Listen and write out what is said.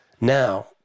Now